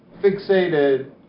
fixated